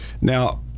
Now